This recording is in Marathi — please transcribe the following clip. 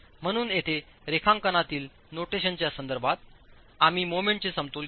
म्हणून येथे रेखांकनातील नोटिशन्सच्या संदर्भात आम्ही मोमेंटचे समतोल घेतो